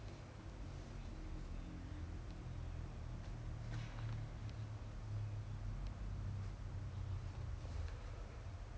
place to stay so 她讲 mai ah !aiya! 麻烦 ah then might as well just then 回来 also now still need to go to hotel and and stay mah